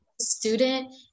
student